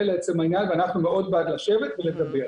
אנחנו מאוד בעד לשבת ולדבר.